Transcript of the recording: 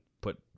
put